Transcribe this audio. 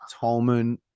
Tolman